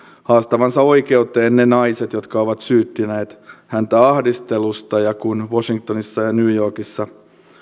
haastavansa oikeuteen ne naiset jotka ovat syyttäneet häntä ahdistelusta ja kun washingtonissa ja new yorkissa